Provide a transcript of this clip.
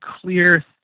clear